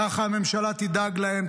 ככה הממשלה תדאג להם,